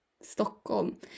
Stockholm